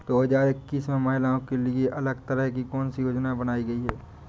दो हजार इक्कीस में महिलाओं के लिए अलग तरह की कौन सी योजना बनाई गई है?